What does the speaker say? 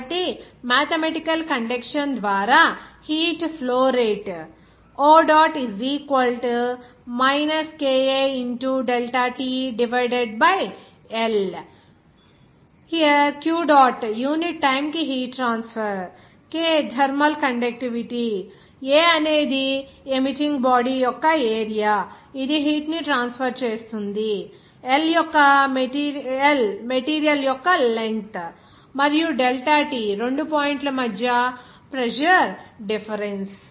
కాబట్టి మాథెమటికల్ గా కండెక్షన్ ద్వారా heat flow rate O˙ KATL Q dot unit time కి heat transfer K thermal conductivity A అనేది emitting body యొక్క area ఇది ఈ హీట్ ని ట్రాన్స్ఫర్ చేస్తుంది L యొక్క మెటీరియల్ యొక్క లెంగ్త్ మరియు డెల్టా టి రెండు పాయింట్ల మధ్య టెంపరేచర్ డిఫరెన్స్